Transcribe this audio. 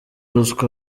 ruswa